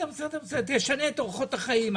תשנה את אורחות החיים?